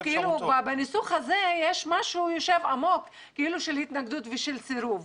בניסוח הזה יש משהו שיושב עמוק של התנגדות ושל סירוב.